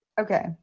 Okay